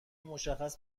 مشخص